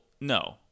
no